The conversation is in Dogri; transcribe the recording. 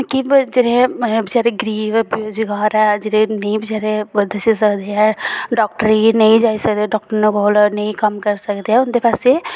कि जेह्ड़े बचैरे गरीब बेरोजगार ऐ जेह्ड़े नेई बचैरे दस्सी सकदे ऐ डॉक्टरें गी नेई जाई सकदे ऐ डाक्टरें कौल नेई कम्म करी सकदे ऐ उन्दे पास्से